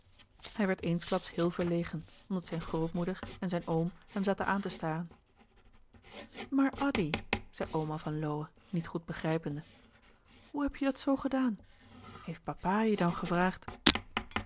hij werd eensklaps heel verlegen omdat zijn grootmoeder en zijn oom hem zaten aan te staren maar addy zei oma van lowe niet goed begrijpende hoe heb je dat zoo gedaan heeft papa je dan gevraagd